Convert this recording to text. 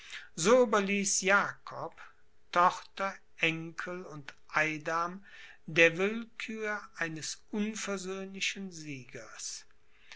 jakob tochter enkel und eidam der willkür eines unversöhnlichen siegers